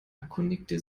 erkundigte